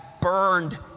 burned